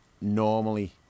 normally